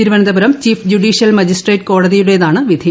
Thiruvananthapuram chief judicial magistrate കോടതിയുടേതാണ് വിധി